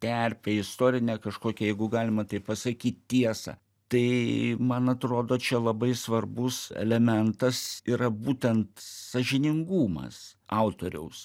terpę istorinę kažkokią jeigu galima taip pasakyt tiesą tai man atrodo čia labai svarbus elementas yra būtent sąžiningumas autoriaus